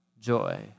joy